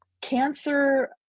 cancer